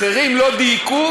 אחרים לא דייקו,